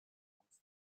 comes